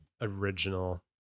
original